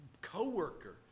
co-worker